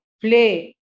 play